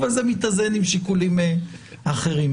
אבל זה מתאזן עם שיקולים אחרים.